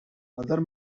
other